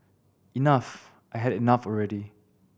enough I had enough already